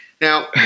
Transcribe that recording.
now